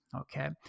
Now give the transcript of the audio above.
okay